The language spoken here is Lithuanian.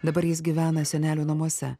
dabar jis gyvena senelių namuose